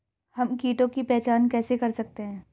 हम कीटों की पहचान कैसे कर सकते हैं?